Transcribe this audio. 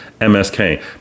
MSK